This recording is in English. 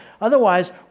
Otherwise